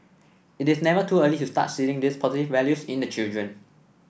it is never too early to start seeding these positive values in the children